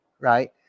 Right